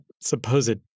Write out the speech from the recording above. supposed